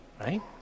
right